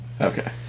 Okay